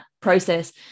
process